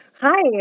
Hi